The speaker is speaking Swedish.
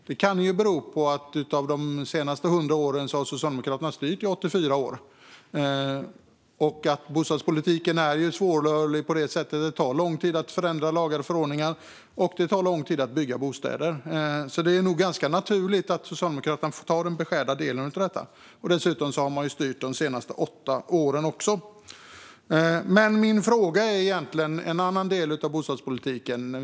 Det kan ju bero på att Socialdemokraterna har styrt under 84 av de senaste 100 åren, och bostadspolitiken är ju svårrörlig. Det tar lång tid att förändra lagar och förordningar och lång tid att bygga bostäder. Det är därför rätt naturligt att Socialdemokraterna får ta sin beskärda del av ansvaret. Dessutom har de ju styrt de senaste åtta åren. Min fråga gäller en annan del av bostadspolitiken.